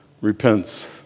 repents